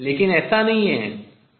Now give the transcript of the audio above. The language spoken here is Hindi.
लेकिन ऐसा नहीं है